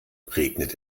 regnet